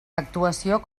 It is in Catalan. actuació